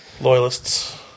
loyalists